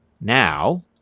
Now